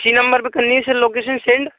इसी नंबर पर करनी है सर लोकेशन सेंड